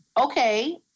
Okay